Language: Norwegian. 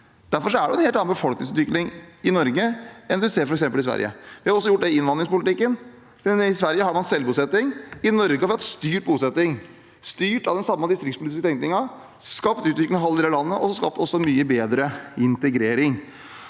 Derfor er det en helt annen befolkningsutvikling i Norge enn det en ser i f.eks. Sverige. Vi har også gjort det i innvandringspolitikken. I Sverige har man selvbosetning. I Norge har vi hatt styrt bosetning, styrt av den samme distriktspolitiske tenkningen, og vi har skapt utvikling i alle deler av landet og mye bedre integrering.